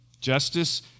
Justice